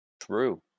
True